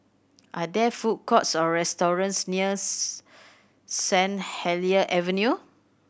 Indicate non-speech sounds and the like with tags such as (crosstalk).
are there food courts or restaurants near (unintelligible) Saint Helier Avenue